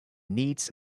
needs